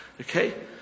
Okay